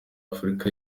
afurika